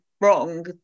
wrong